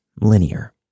linear